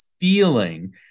feeling